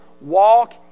walk